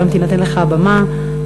והיום תינתן לך הבמה,